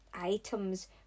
items